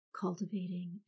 cultivating